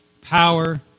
power